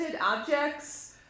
objects